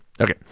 Okay